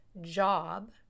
job